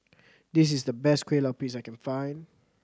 this is the best Kueh Lupis I can find